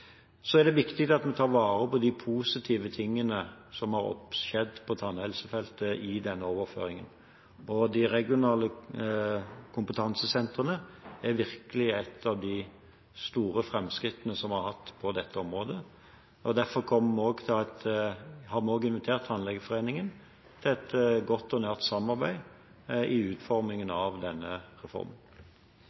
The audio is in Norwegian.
Det er viktig at vi tar vare på de positive tingene som har skjedd på tannhelsefeltet i denne overføringen. De regionale kompetansesentrene er virkelig et av de store framskrittene vi har hatt på dette området. Derfor har vi invitert Tannlegeforeningen til et godt og nært samarbeid i utformingen av denne reformen.